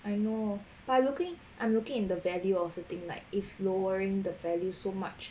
I know by looking I'm looking in the value of the thing like if lowering the value so much